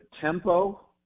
tempo